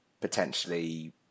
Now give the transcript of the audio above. potentially